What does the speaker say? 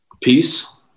Peace